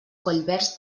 collverds